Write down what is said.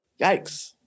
Yikes